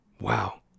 wow